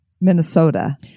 Minnesota